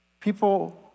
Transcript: People